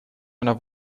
einer